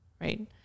right